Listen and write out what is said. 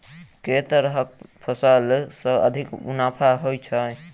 केँ तरहक फसल सऽ अधिक मुनाफा होइ छै?